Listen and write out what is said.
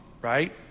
Right